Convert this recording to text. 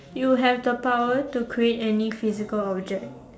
you have the power to create any physical object